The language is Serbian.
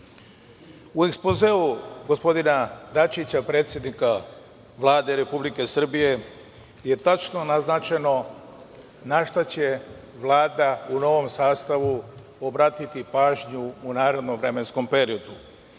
ekspozeu gospodina Dačića, predsednika Vlade Republike Srbije je tačno naznačeno na šta će Vlada u novom sastavu obratiti pažnju u narednom vremenskom periodu.